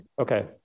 Okay